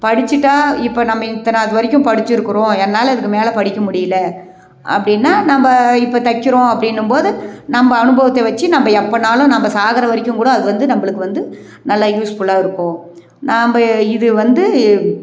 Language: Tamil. படிச்சுட்டா இப்போ நம்ம இத்தனாவது வரைக்கும் படிச்சிருக்கிறோம் என்னால் இதுக்கு மேலே படிக்க முடியல அப்படின்னா நம்ம இப்போ தைக்கிறோம் அப்படின்னும்போது நம்ம அனுபவத்தை வெச்சு நம்ம எப்போன்னாலும் நம்ம சாகிற வரைக்கும் கூட அது வந்து நம்மளுக்கு வந்து நல்லா யூஸ்ஃபுல்லாக இருக்கும் நம்ம இது வந்து